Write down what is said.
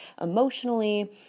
emotionally